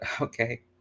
Okay